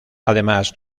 además